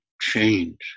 change